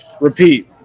repeat